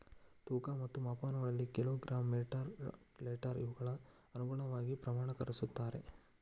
ತೂಕ ಮತ್ತು ಮಾಪನಗಳಲ್ಲಿ ಕಿಲೋ ಗ್ರಾಮ್ ಮೇಟರ್ ಲೇಟರ್ ಇವುಗಳ ಅನುಗುಣವಾಗಿ ಪ್ರಮಾಣಕರಿಸುತ್ತಾರೆ